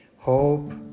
hope